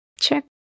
check